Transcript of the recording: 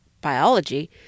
biology